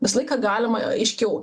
visą laiką galima aiškiau